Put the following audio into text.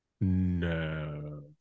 No